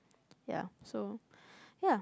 yeah so yeah